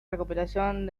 recopilación